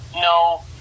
no